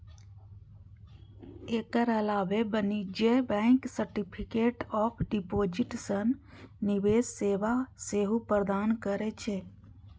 एकर अलावे वाणिज्यिक bank certificate of deposit सन निवेश सेवा सेहो प्रदान करै छै